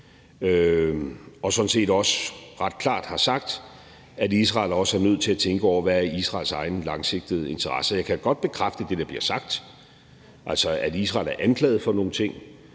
og sådan set også ret klart sagt, at Israel er nødt til at tænke over, hvad Israels egen langsigtede interesse er. Jeg kan godt bekræfte det, der bliver sagt, altså at Israel er anklaget for nogle ting